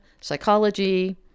psychology